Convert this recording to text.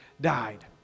died